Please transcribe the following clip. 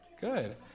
Good